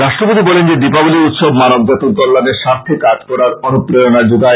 রাষ্ট্রপতি বলেন যে দীপাবলি উৎসব মানবজাতির কল্যাণের স্বার্থে কাজ করার অনুপ্রেরণা যোগায়